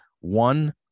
One